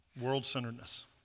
World-centeredness